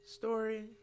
story